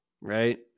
Right